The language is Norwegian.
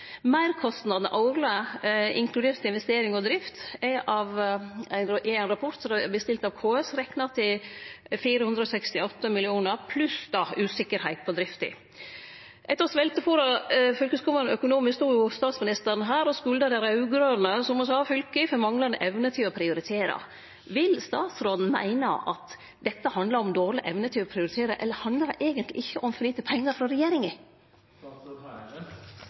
Årleg meirkostnad – inkludert investering og drift – er i ein rapport som er bestilt av KS, berekna til 468 mill. kr, pluss usikkerheit med omsyn til drifta. Etter å ha sveltefôra fylkeskommunane økonomisk stod statsministeren her og skulda dei raud-grøne fylka, som ho sa, for manglande evne til å prioritere. Meiner statsråden at dette handlar om dårleg evne til å prioritere, eller handlar det eigentleg om for lite pengar frå regjeringa?